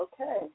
Okay